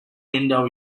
indo